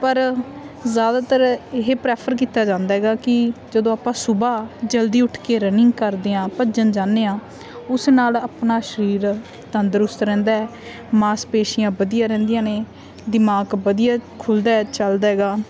ਪਰ ਜ਼ਿਆਦਾਤਰ ਇਹ ਪ੍ਰੈਫਰ ਕੀਤਾ ਜਾਂਦਾ ਹੈਗਾ ਕਿ ਜਦੋਂ ਆਪਾਂ ਸੁਬਹਾ ਜਲਦੀ ਉੱਠ ਕੇ ਰਨਿੰਗ ਕਰਦੇ ਹਾਂ ਭੱਜਣ ਜਾਂਦੇ ਹਾਂ ਉਸ ਨਾਲ ਆਪਣਾ ਸਰੀਰ ਤੰਦਰੁਸਤ ਰਹਿੰਦਾ ਹੈ ਮਾਸਪੇਸ਼ੀਆਂ ਵਧੀਆ ਰਹਿੰਦੀਆਂ ਨੇ ਦਿਮਾਗ ਵਧੀਆ ਖੁੱਲ੍ਹਦਾ ਹੈ ਚੱਲਦਾ ਹੈਗਾ